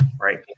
right